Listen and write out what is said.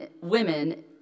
women